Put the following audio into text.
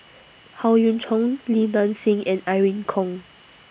Howe Yoon Chong Li Nanxing and Irene Khong